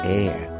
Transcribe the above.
air